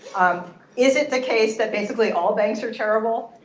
is it the case that basically all banks are terrible?